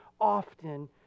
often